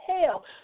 hell